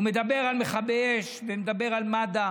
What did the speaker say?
הוא מדבר על מכבי אש, מדבר על מד"א